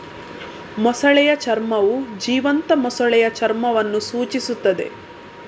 ಮೊಸಳೆಯ ಚರ್ಮವು ಜೀವಂತ ಮೊಸಳೆಯ ಚರ್ಮವನ್ನು ಸೂಚಿಸುತ್ತದೆ